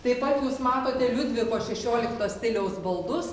taip pat jūs matote liudviko šešiolikto stiliaus baldus